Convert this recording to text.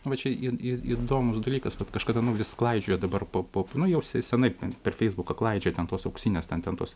va čia ir įdomus dalykas kad kažkada nu vis klaidžioja dabar po po nu jau senai ten per feisbuką klaidžioja ten tos auksinės ten tos